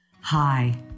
Hi